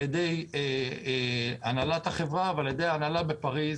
ידי הנהלת החברה ועל ידי ההנהלה בפריז.